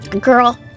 Girl